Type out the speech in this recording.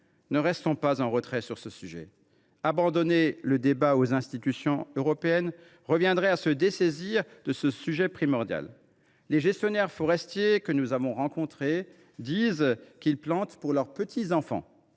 Ne restons pas en retrait sur ce sujet. Abandonner le débat aux institutions européennes reviendrait à se dessaisir de ce sujet primordial. Les gestionnaires forestiers que nous avons rencontrés disent qu’ils plantent pour leurs petits enfants.